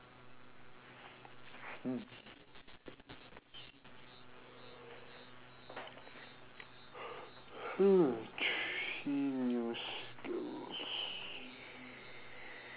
three new skills